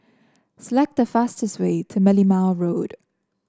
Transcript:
select the fastest way to Merlimau Road